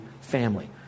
family